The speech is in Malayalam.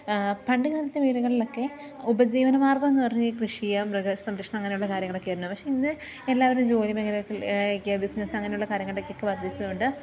പണ്ട് കാലത്തെ വീടുകളിലൊക്കെ ഉപജീവനമാർഗ്ഗമെന്നു പറഞ്ഞാൽ ഈ കൃഷിയും മൃഗ സംരക്ഷണം അങ്ങനെയുള്ള കാര്യങ്ങളൊക്കെ ആയിരുന്നു പക്ഷെ ഇന്ന് എല്ലാവരും ജോലി മേഖലകൾ ബിസിനസ്സ് അങ്ങനെയുള്ള കാര്യങ്ങളൊക്കെ വർദ്ധിച്ചതു കൊണ്ട്